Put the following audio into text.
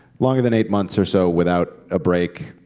longer than eight months or so without a break,